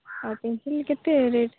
ଆଉ ପେନ୍ସିଲ୍ କେତେ ରେଟ୍